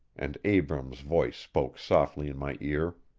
and abrams' voice spoke softly in my ear.